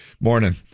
Morning